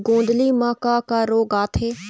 गोंदली म का का रोग आथे?